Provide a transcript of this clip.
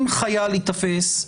אם חייל ייתפס,